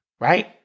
Right